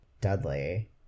Dudley